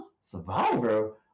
Survivor